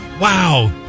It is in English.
Wow